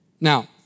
Now